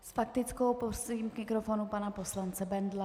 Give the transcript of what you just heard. S faktickou prosím k mikrofonu pana poslance Bendla.